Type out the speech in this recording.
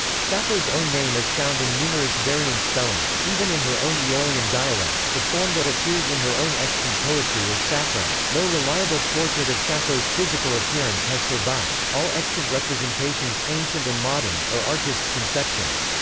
sappho's own name is found in numerous variant spellings, even in her own aeolian dialect the form that appears in her own extant poetry is psappho no reliable portrait of sappho's physical appearance has survived all extant representations, ancient and modern, are artists' conceptions.